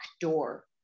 door